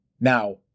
now